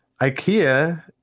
Ikea